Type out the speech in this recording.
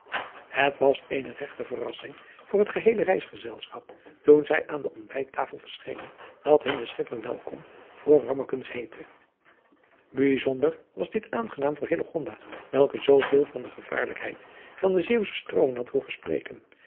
het was eene regte verrassing voor het geheele reisgezelschap toen zij aan de ontbijttafel verschenen dat hun de schipper welkom voor rammekens heette bijzonder was dit aangenaam voor hillegonda welke zoo veel van de gevaarlijkheid van de zeeuwsche stroomen had hooren spreken